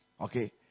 Okay